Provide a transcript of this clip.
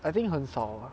I think 很少 ah